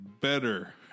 better